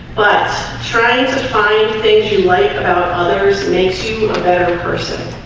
but trying to find things you like about others makes you a better person